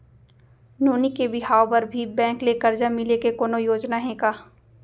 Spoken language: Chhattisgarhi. नोनी के बिहाव बर भी बैंक ले करजा मिले के कोनो योजना हे का?